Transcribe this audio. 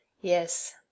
yes